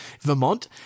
Vermont